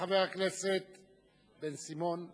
חבר הכנסת בן-סימון.